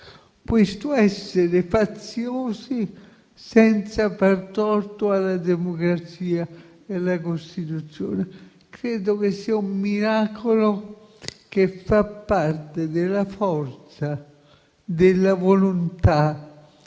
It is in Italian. Questo essere faziosi senza far torto alla democrazia e alla Costituzione credo che sia un miracolo che fa parte della forza e della volontà